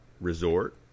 resort